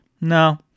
No